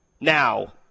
Now